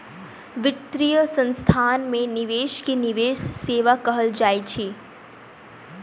वित्तीय संस्थान में निवेश के निवेश सेवा कहल जाइत अछि